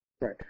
Right